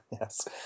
Yes